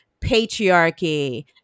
patriarchy